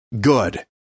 good